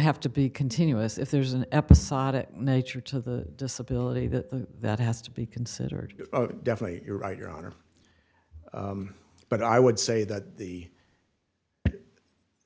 have to be continuous if there's an episodic nature to the disability the that has to be considered definitely your right your honor but i would say that the